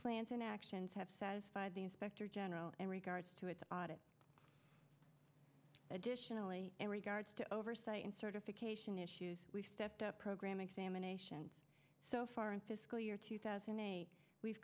plans and actions have satisfied the inspector general in regards to its audit additionally in regards to oversight and certification issues we've stepped up program examination so far in fiscal year two thousand a we've